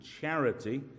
charity